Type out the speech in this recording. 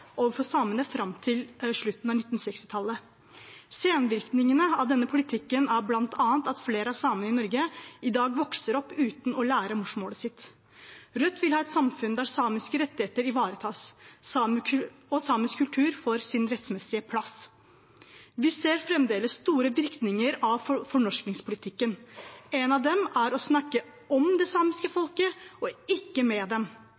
overfor samene fram til slutten av 1960-tallet. Senvirkningene av denne politikken er bl.a. at flere av samene i Norge i dag vokser opp uten å lære morsmålet sitt. Rødt vil ha et samfunn der samiske rettigheter ivaretas og samisk kultur får sin rettmessige plass. Vi ser fremdeles store virkninger av fornorskingspolitikken. Én av dem er å snakke om det samiske folket og ikke med dem.